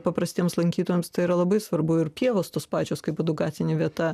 paprastiems lankytojams tai yra labai svarbu ir pievos tos pačios kaip edukacinė vieta